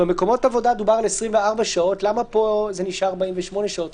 במקומות עבודה דובר על 24 שעות ולמה כאן זה נשאר 48 שעות?